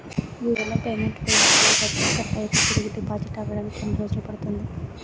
UPI లో payment fail అయ్యి డబ్బులు కట్ అయితే తిరిగి డిపాజిట్ అవ్వడానికి ఎన్ని రోజులు పడుతుంది?